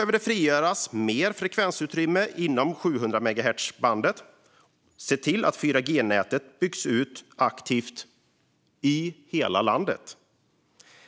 Man behöver frigöra mer frekvensutrymme i 700-megahertzbandet och se till att 4G-nätet byggs ut aktivt i hela landet.